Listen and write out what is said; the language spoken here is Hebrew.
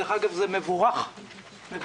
דרך אגב, זה מבורך לגמרי.